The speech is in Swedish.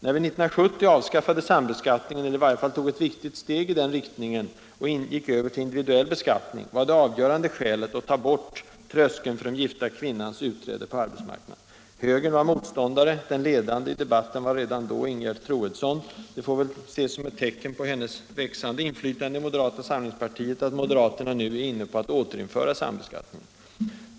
När vi 1970 avskaffade sambeskattningen, eller i varje fall tog ett viktigt steg i den riktningen och gick över till individuell beskattning, var det avgörande skälet att vi ville ta bort tröskeln för den gifta kvinnans utträde på arbetsmarknaden. Högern var motståndare, och den ledande i debatten var redan då Ingegerd Troedsson. Det får väl ses som ett tecken på hennes växande inflytande i moderata samlingspartiet att moderaterna nu är inne på att återinföra sambeskattningen.